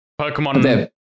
Pokemon